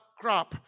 crop